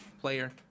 player